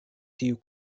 tiu